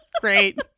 Great